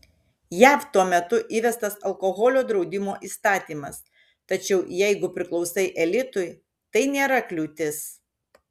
jav tuo metu įvestas alkoholio draudimo įstatymas tačiau jeigu priklausai elitui tai nėra kliūtis